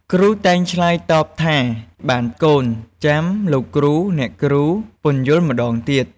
គ្រូតែងឆ្លើយតបថា បានកូន ចាំលោកគ្រូ អ្នកគ្រូ ពន្យល់ម្ដងទៀត។